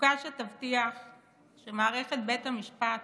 חוקה שתבטיח שמערכת בית המשפט